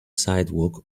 sidewalk